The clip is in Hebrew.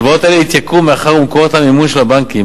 הלוואות אלה התייקרו מאחר שמקורות המימון של הבנקים,